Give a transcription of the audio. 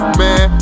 man